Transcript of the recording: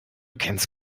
kennst